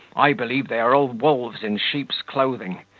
i believe they are all wolves in sheep's clothing.